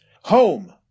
Home